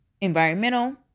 environmental